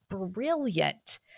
brilliant